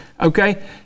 Okay